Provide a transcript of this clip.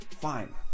fine